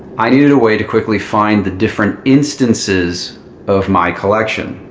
i needed a way to quickly find the different instances of my collection,